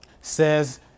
says